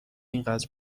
اینقدر